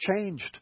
changed